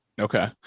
Okay